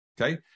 Okay